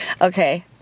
Okay